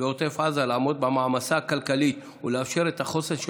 ועוטף עזה לעמוד במעמסה הכלכלית ולאפשר את החוסן של